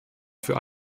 für